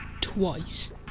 twice